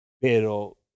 Pero